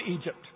Egypt